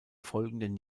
folgenden